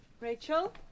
Rachel